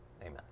Amen